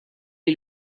est